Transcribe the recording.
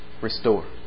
restore